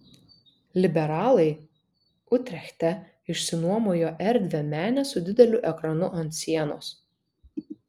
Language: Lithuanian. liberalai utrechte išsinuomojo erdvią menę su dideliu ekranu ant sienos